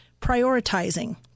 prioritizing